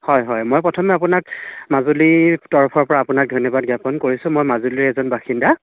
হয় হয় মই প্ৰথমে আপোনাক মাজুলীৰ তৰফৰ পৰা আপোনাক ধন্যবাদ জ্ঞাপন কৰিছোঁ মই মাজুলীৰ এজন বাসিন্দা